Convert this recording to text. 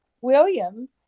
William